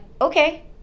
okay